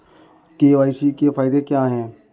KYC के फायदे क्या है?